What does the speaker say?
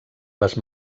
les